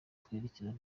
twerekeza